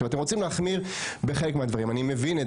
אתם רוצים להחמיר בחלק מהדברים אני מבין את